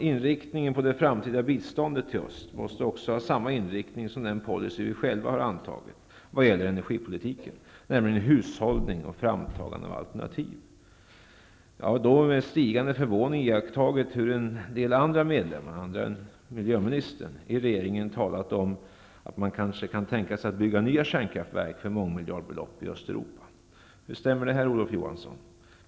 Inriktningen på det framtida biståndet till öst måste ha samma inriktning som den policy vi själva har antagit vad gäller energipolitiken, nämligen hushållning och framtagande av alternativ. Jag har med stigande förvåning iakttagit hur en del andra medlemmar -- andra än miljöministern -- i regeringen har talat om att man kanske kan tänka sig att bygga nya kärnkraftverk för mångmiljardbelopp i Östeuropa. Hur stämmer det här, Olof Johansson?